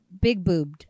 big-boobed